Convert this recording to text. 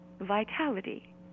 vitality